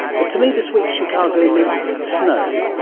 but to me this week chicago meant snow,